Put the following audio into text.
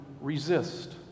resist